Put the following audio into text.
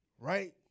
Right